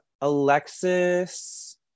alexis